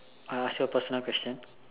I ask you a personal question